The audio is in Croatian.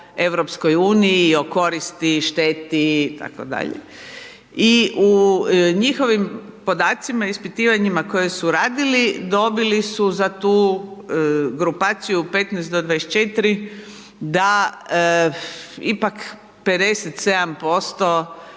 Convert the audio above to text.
mladih o EU-u i koristi, šteti itd. i u njihovim podacima, ispitivanja koje su radili, dobili za tu grupaciju 15 do 24 da ipak 57%